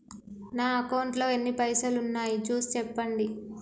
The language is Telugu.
నా అకౌంట్లో ఎన్ని పైసలు ఉన్నాయి చూసి చెప్పండి?